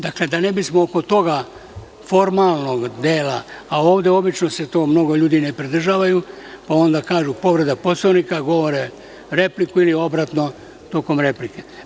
Dakle, da ne bismo oko toga formalnog dela, a ovde obično se toga mnogo ljudi ne pridržava, pa onda kažu – povreda Poslovnika, a govore repliku ili obratno tokom replike.